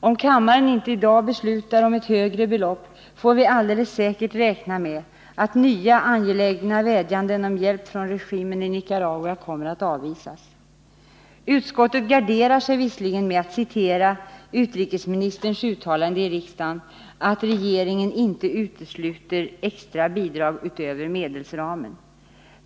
Om kammareninte i dag beslutar om ett högre belopp får vi alldeles säkert räkna med att nya angelägna vädjanden om hjälp från regimen i Nicaragua kommer att avvisas. Utskottet garderar sig visserligen genom att citera utrikesministerns uttalande i riksdagen att regeringen inte utesluter extra bidrag utöver medelsramen.